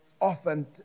often